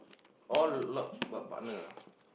all lob~ but partner ah